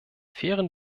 fairen